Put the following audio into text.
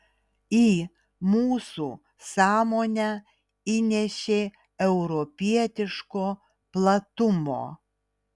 į mūsų sąmonę įnešė europietiško platumo